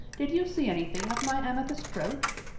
did you see anything of my amethyst brooch?